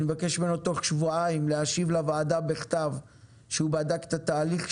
אני מבקש ממנו תוך שבועיים להשיב לוועדה בכתב שהוא בדק את התהליך,